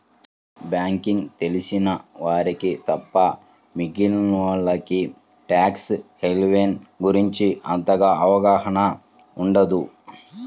banking తెలిసిన వారికి తప్ప మిగిలినోల్లకి ట్యాక్స్ హెవెన్ గురించి అంతగా అవగాహన ఉండదు